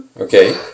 Okay